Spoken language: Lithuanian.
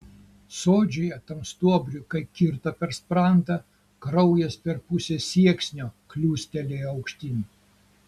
sodžiuje tam stuobriui kai kirto per sprandą kraujas per pusę sieksnio kliūstelėjo aukštyn